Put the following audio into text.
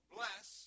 Bless